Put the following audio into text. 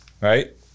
right